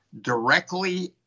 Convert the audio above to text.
directly